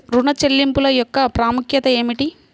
ఋణ చెల్లింపుల యొక్క ప్రాముఖ్యత ఏమిటీ?